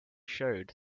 showed